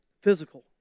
physical